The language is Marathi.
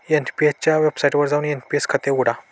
एन.पी.एस च्या वेबसाइटवर जाऊन एन.पी.एस खाते उघडा